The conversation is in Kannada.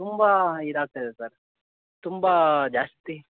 ತುಂಬ ಇದಾಗ್ತಾ ಇದೆ ಸರ್ ತುಂಬ ಜಾಸ್ತಿ